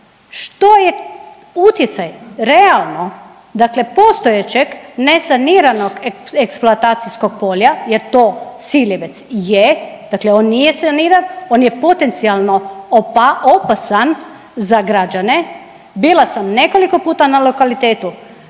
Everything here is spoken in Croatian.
Što je utjecaj realno dakle postojećeg nesaniranog eksploatacijskog polja jer to Siljevec je dakle on nije saniran, on je potencijalno opasan za građane. Bila sam nekoliko puta na lokalitetu,